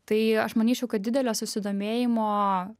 tai aš manyčiau kad didelio susidomėjimo